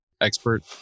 expert